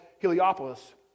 Heliopolis